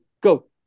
Go